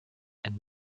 and